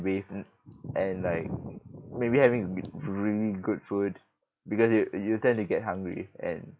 bathe and and like maybe having really good food because you you tend to get hungry and